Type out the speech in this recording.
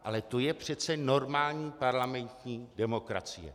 Ale to je přece normální parlamentní demokracie.